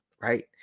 Right